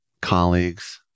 colleagues